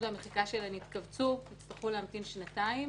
והמחיקה שלהם התכווצו יצטרכו להמתין שנתיים